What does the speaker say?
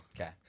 Okay